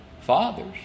fathers